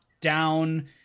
down